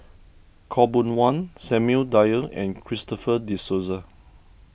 Khaw Boon Wan Samuel Dyer and Christopher De Souza